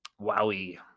wowie